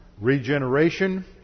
Regeneration